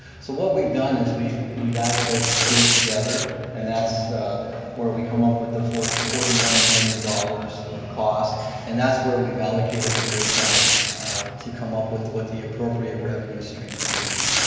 so what we've done is we've we've added those two together and that's where we come up with the forty forty one million dollars cost and that's where we've allocated the breakdown to come up with what the appropriate revenue streams would be.